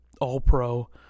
all-pro